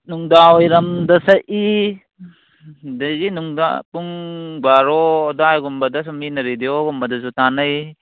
ꯅꯨꯡꯗꯥꯡ ꯋꯥꯏꯔꯝꯗ ꯁꯛꯏ ꯑꯗꯒꯤ ꯅꯨꯡꯗꯥꯡ ꯄꯨꯡ ꯕꯥꯔꯣ ꯑꯗ꯭ꯋꯥꯏꯒꯨꯝꯕꯗ ꯃꯤꯅ ꯔꯦꯗꯤꯑꯣꯒꯨꯝꯕꯗꯁꯨꯨ ꯊꯥꯅꯩ